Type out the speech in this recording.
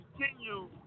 continue